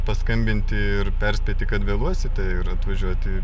paskambinti ir perspėti kad vėluosite ir atvažiuoti